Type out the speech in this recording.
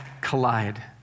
collide